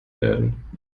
werden